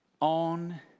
on